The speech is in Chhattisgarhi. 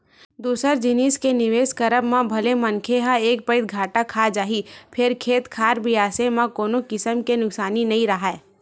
दूसर जिनिस के निवेस करब म भले मनखे ह एक पइत घाटा खा जाही फेर खेत खार बिसाए म कोनो किसम के नुकसानी नइ राहय